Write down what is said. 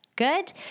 good